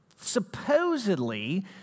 Supposedly